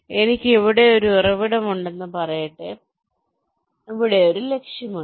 എനിക്ക് ഇവിടെ ഒരു ഉറവിടം ഉണ്ടെന്ന് പറയട്ടെ എനിക്ക് ഇവിടെ ഒരു ലക്ഷ്യമുണ്ട്